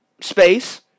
Space